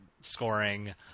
scoring